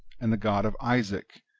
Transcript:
and the god of isaac,